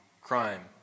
crime